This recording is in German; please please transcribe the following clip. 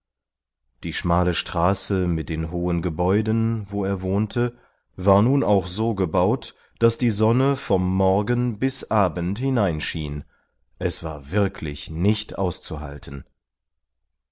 die schmale straße mit den hohen gebäuden wo er wohnte war nun auch so gebaut daß die sonne vom morgen bis abend hineinschien es war wirklich nicht auszuhalten